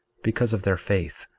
because of their faith,